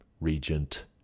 regent